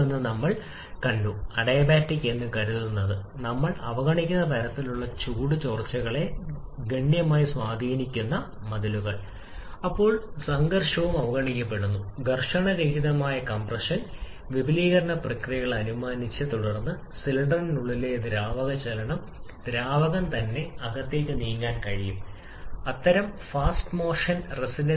ഇപ്പോൾ ഈ സാഹചര്യത്തിൽ k വർദ്ധിക്കുന്നതിനനുസരിച്ച് ലൈൻ ചെയ്യും ഇപ്പോൾ ഉയർന്ന ദിശയിലേക്ക് നീങ്ങാൻ ആരംഭിക്കുക ഇപ്പോൾ k വർദ്ധിക്കുന്നതിനാൽ താപനില ഇത് വർദ്ധിപ്പിക്കും 3 മുതൽ 4 വരെ വരച്ച പച്ച വരയുടെ പച്ച സ്ഥിരീകരണം നിർദ്ദിഷ്ട താപത്തിന്റെ മാറ്റങ്ങൾ പരിഗണിക്കുക